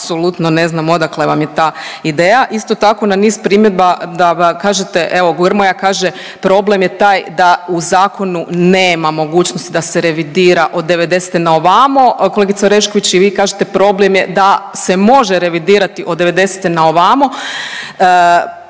Apsolutno ne znam odakle vam je ta ideja. Isto tako na niz primjedba da kažete evo Grmoja kaže problem je taj da u zakonu nema mogućnosti da se revidira od '90.-te na ovamo, kolegica Orešković i vi kažete problem je da se može revidirati od '90.-te na ovamo,